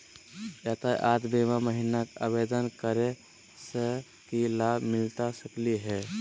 यातायात बीमा महिना आवेदन करै स की लाभ मिलता सकली हे?